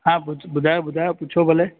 हा ॿुध ॿुधायो ॿुधायो पुछो भले